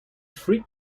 free